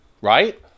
right